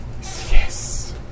Yes